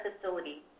facility